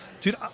Dude